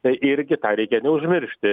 tai irgi tą reikia neužmiršti